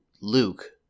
Luke